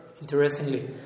interestingly